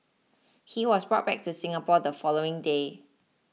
he was brought back to Singapore the following day